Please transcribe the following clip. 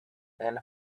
and